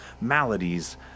maladies